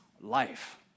life